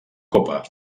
copa